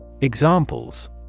Examples